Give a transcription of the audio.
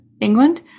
England